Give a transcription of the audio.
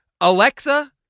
Alexa